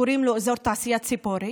קוראים לו אזור התעשייה ציפורי.